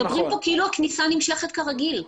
מדברים כאן כאילו הכניסה נמשכת כרגיל.